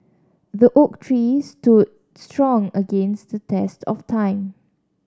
the oak tree stood strong against the test of time